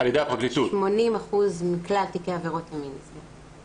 80% מכלל תיקי עבירות המין נסגרים.